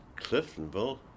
Cliftonville